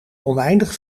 oneindig